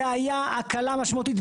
זה היה הקלה משמעותית.